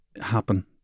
happen